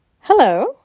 Hello